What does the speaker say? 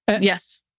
yes